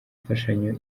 imfashanyo